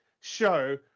show